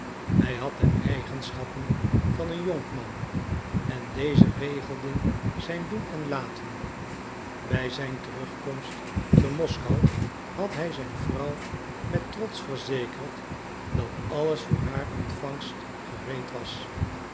hij had de eigenschappen van een jonkman en deze regelden zijn doen en laten bij zijn terugkomst te moskou had hij zijn vrouw met trots verzekerd dat alles voor haar ontvangst gereed was